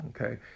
okay